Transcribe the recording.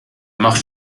macht